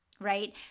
right